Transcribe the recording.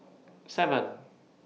seven